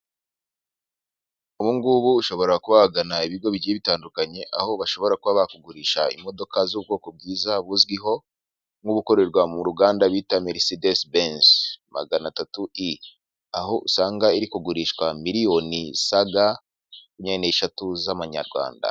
Ubungubu ushobora kuba wagana ibigo bigiye bitandukanye, aho bashobora kuba bagukurisha imodoka z'ubwoko bwiza buzwiho nk'ubukorerwa mu ruganda bita merisedesi benzi maganatatu i , aho usanga iri kugurishwa miliyoni zisaga makumyabiri n'eshatu z'amanyarwanda.